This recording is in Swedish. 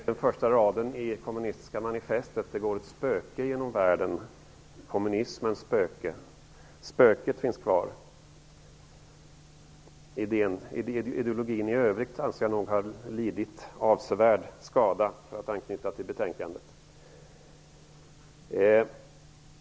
Herr talman! Jag erinrar mig den första raden i det kommunistiska manifestet, om att det går ett spöke genom världen. Kommunismens spöke finns kvar, men jag anser nog att ideologin i övrigt - för att hänsyfta på betänkandet - har lidit avsevärd skada.